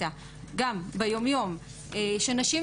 שהן יוכלו לתת לזה שם ולהבין שזה מה שהן חוות.